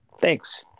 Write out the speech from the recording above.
Thanks